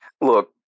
look